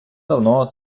давно